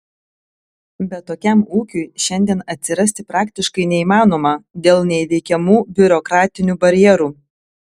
bet tokiam ūkiui šiandien atsirasti praktiškai neįmanoma dėl neįveikiamų biurokratinių barjerų